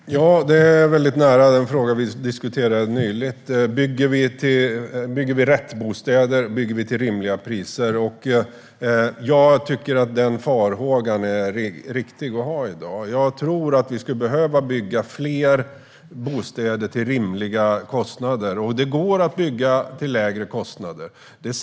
Herr talman! Detta ligger väldigt nära den fråga vi diskuterade nyligen: Bygger vi rätt bostäder, och bygger vi till rimliga priser? Jag tycker att det är riktigt att ha den farhågan i dag. Jag tror att vi skulle behöva bygga fler bostäder till rimliga kostnader. Det går att bygga till lägre kostnader.